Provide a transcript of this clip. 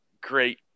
great